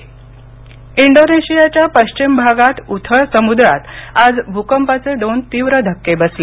Indonesia भूकंप इंडोनेशियाच्या पश्चिम भागात उथळ समुद्रात आज भूकंपाचे दोन तीव्र धक्के बसले